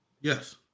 Yes